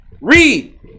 Read